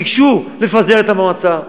ביקשו לפזר את המועצה,